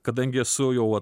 kadangi esu jau